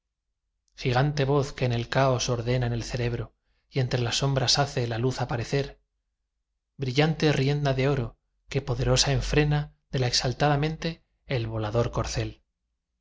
gigante voz que el caos ordena en el cerebro y entre las sombras hace la luz aparecer brillante rienda de oro que poderosa enfrena de la exaltada mente el volador corcel